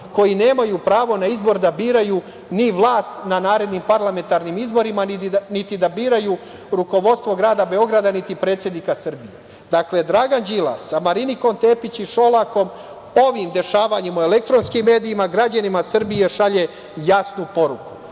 koji nemaju pravo na izbor da biraju ni vlast na narednim parlamentarnim izborima, niti da biraju rukovodstvo grada Beograda, niti predsednika Srbije? Dakle, Dragan Đilas sa Marinikom Tepić i Šolakom ovim dešavanjima u elektronskim medijima građanima Srbije šalje jasnu poruku,